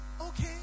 okay